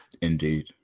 indeed